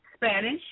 Spanish